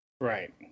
Right